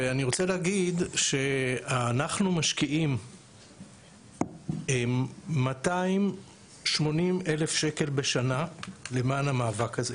אני רוצה להגיד שאנחנו משקיעים 280 אלף שקל למען המאבק הזה,